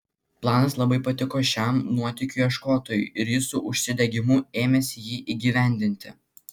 planas labai patiko šiam nuotykių ieškotojui ir jis su užsidegimu ėmėsi jį įgyvendinti